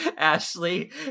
Ashley